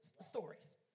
stories